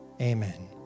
amen